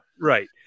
Right